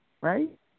Right